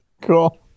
cool